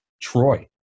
Troy